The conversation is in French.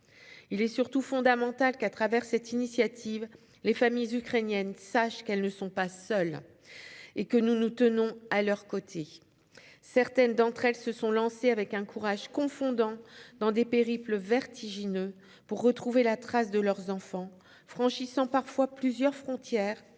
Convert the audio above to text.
Il est surtout fondamental que, à travers cette initiative, les familles ukrainiennes sachent qu'elles ne sont pas seules et que nous nous tenons à leurs côtés. Certaines d'entre elles se sont lancées, avec un courage confondant, dans des périples vertigineux pour retrouver la trace de leurs enfants, franchissant parfois plusieurs frontières